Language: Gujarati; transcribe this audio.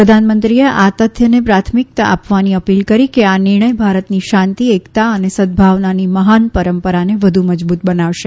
પ્રધાનમંત્રીએ આ તથ્યને પ્રાથમિકતા આપવાની અપીલ કરી કે આ નિર્ણય ભારતની શાંતી એકતા અને સદભાવનાની મહાન પરંપરાને વધુ મજબુત બનાવશે